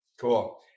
Cool